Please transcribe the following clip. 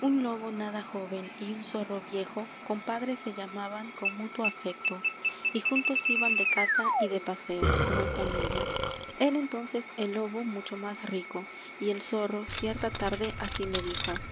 un lobo nada joven y un zorro viejo compadres se llamaban con mutuo afecto y juntos iban de caza y de paseo como en familia era entonces el lobo mucho más rico y el zorro cierta tarde asi le dijo